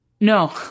No